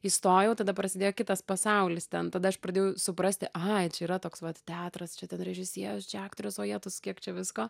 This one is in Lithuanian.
įstojau tada prasidėjo kitas pasaulis ten tada aš pradėjau suprasti ai čia yra toks vat teatras čia ten režisierius čia aktorius o jetus kiek čia visko